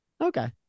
okay